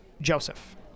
Joseph